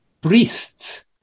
priests